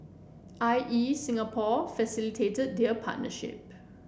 I E Singapore facilitated their partnership